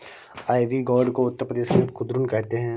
ivy gourd को उत्तर प्रदेश में कुद्रुन कहते हैं